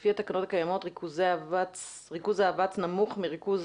לפי התקנות הקיימות ריכוז האבץ נמוך מריכוז